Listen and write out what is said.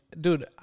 dude